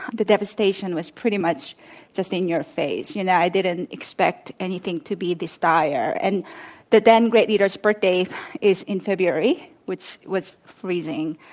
the devastation was pretty much just in your face, you know? i didn't expect anything to be this dire. and the then-great leader's birthday is in february, which was freezing.